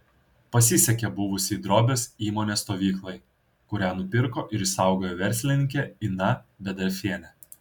pasisekė buvusiai drobės įmonės stovyklai kurią nupirko ir išsaugojo verslininkė ina bedarfienė